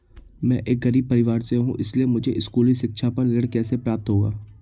मैं एक गरीब परिवार से हूं इसलिए मुझे स्कूली शिक्षा पर ऋण कैसे प्राप्त होगा?